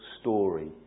story